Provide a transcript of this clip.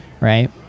right